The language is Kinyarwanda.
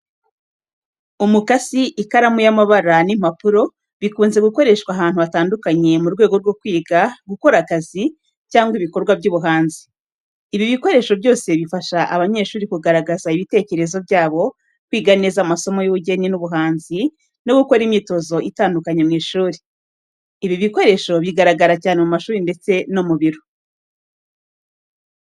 Umukasi, ikaramu y'amabara n’impapuro bikunze gukoreshwa ahantu hatandukanye mu rwego rwo kwiga, gukora akazi, cyangwa ibikorwa by’ubuhanzi. Ibi bikoresho byose bifasha abanyeshuri kugaragaza ibitekerezo byabo, kwiga neza amasomo y’ubugeni n’ubuhanzi, no gukora imyitozo itandukanye mu ishuri. Ibi bikoresho bigaragara cyane mu mashuri ndetse no mu biro.